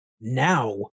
Now